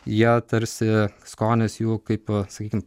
jie tarsi skonis jų kaip sakykim